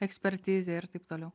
ekspertizė ir taip toliau